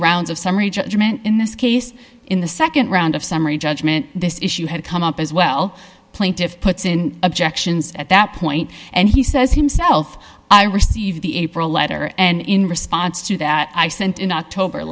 rounds of summary judgment in this case in the nd round of summary judgment this issue had come up as well plaintiffs puts in objections at that point and he says himself i received the april letter and in response to that i sent in october